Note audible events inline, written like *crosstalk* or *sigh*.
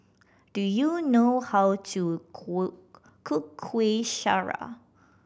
do you know how to *unintelligible* cook Kuih Syara